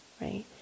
right